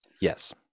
Yes